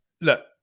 look